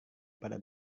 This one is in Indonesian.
pada